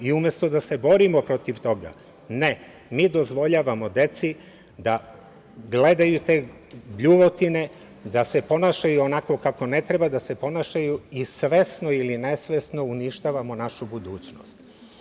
I umesto da se borimo protiv toga, ne, mi dozvoljavamo deci da gledaju te bljuvotine, da se ponašaju onako kako ne treba da se ponašanju i svesno ili nesvesno uništavamo našu budućnost.